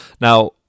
now